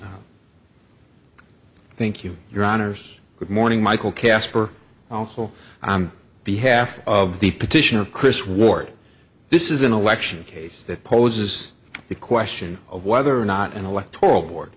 security thank you your honors good morning michael caspar oh ho i'm behalf of the petition of chris ward this is an election case that poses the question of whether or not an electoral board